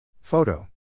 Photo